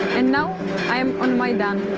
and now i am on my land,